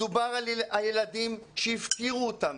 מדובר בילדים שהפקירו אותם.